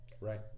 Right